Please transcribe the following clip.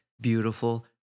beautiful